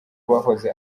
bahoze